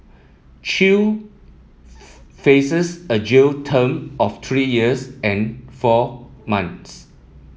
chew faces a jail term of three years and four months